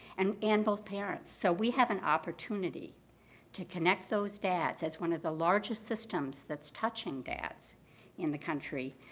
and and both parents. so we have an opportunity to connect those dads as one of the largest systems that's touching dads in the country,